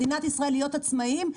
ביוני היינו זכאים ל-6.5 אחוזים.